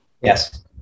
Yes